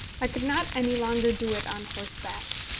i could not any longer do it on horseback.